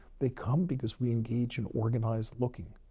they come, because we engage in organized looking.